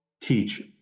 Teach